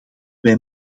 wij